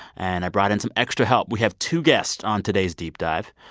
and i brought in some extra help. we have two guests on today's deep dive.